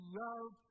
love